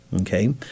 Okay